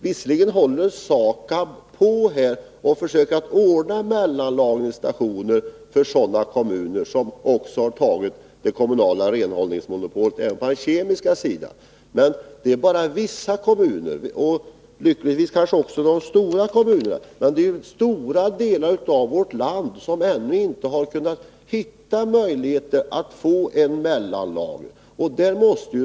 Visserligen håller SAKAB på att försöka ordna mellanlagringsstationer för sådana kommuner som har kommunalt renhållningsmonopol även på den kemiska sidan. Men det gäller bara vissa kommuner — lyckligtvis kanske de stora kommunerna — och i stora delar av vårt land har man ännu inte kunnat hitta möjligheter till mellanlagring.